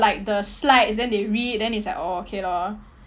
like the slides then they read then it's like oh okay lor